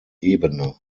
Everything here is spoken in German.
ebene